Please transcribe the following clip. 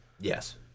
Yes